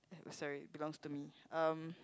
sorry belongs to me um